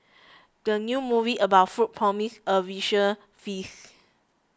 the new movie about food promises a visual feast